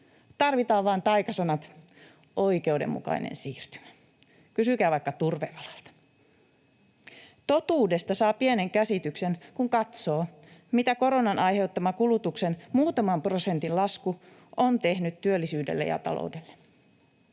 Tarvitaan vaan taikasanat: ”oikeudenmukainen siirtymä”. Kysykää vaikka turvealalta. Totuudesta saa pienen käsityksen, kun katsoo mitä koronan aiheuttama kulutuksen muutaman prosentin lasku on tehnyt työllisyydelle ja taloudelle.